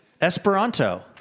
Esperanto